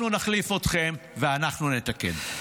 אנחנו נחליף אתכם, ואנחנו נתקן.